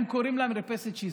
הם קוראים לה מרפסת שיזוף,